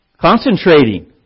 Concentrating